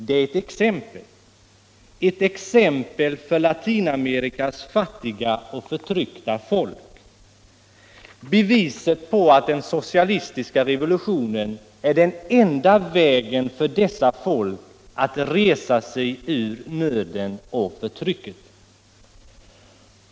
Cuba är ett exempel — ett exempel för Latinamerikas fattiga och förtryckta folk, beviset på att den socialistiska revolutionen är den enda vägen för detta folk att resa sig ur nöden och förtrycket.